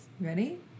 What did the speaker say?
ready